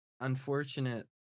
unfortunate